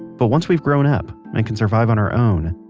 but once we've grown up and can survive on our own,